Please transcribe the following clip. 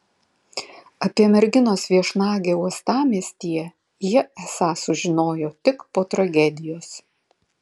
apie merginos viešnagę uostamiestyje jie esą sužinojo tik po tragedijos